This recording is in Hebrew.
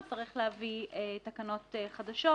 הוא יצטרך להביא תקנות חדשות,